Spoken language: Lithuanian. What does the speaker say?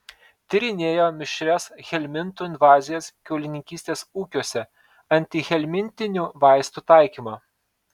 tyrinėjo mišrias helmintų invazijas kiaulininkystės ūkiuose antihelmintinių vaistų taikymą